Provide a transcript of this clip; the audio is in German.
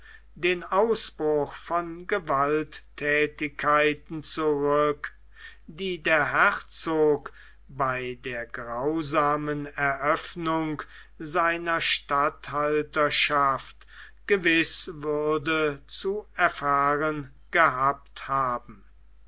den ausbruch von gewaltthätigkeiten zurück die der herzog bei der grausamen eröffnung seiner statthalterschaft gewiß würde zu erfahren gehabt haben